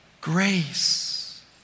grace